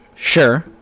sure